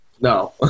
No